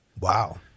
Wow